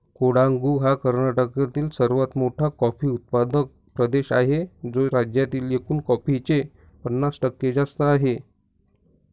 कोडागु हा कर्नाटकातील सर्वात मोठा कॉफी उत्पादक प्रदेश आहे, जो राज्यातील एकूण कॉफीचे पन्नास टक्के जास्त आहे